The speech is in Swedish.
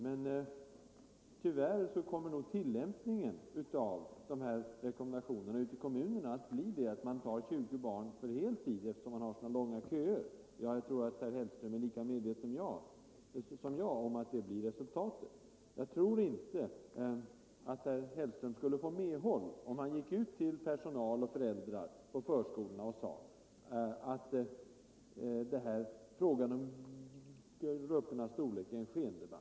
Men tyvärr kommer nog den rekommendationen att tillämpas så att kommunerna tar in 20 barn på heltid i grupperna, eftersom köerna är så långa. Herr Hellström är nog lika medveten som jag om att det blir resultatet. Jag tror inte att herr Hellström skulle få medhåll om han sade till personal och föräldrar i förskolorna att frågan om gruppernas storlek är en skendebatt.